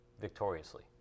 victoriously